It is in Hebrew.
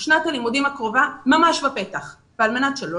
שנת הלימודים הקרובה ממש בפתח ועל מנת שלא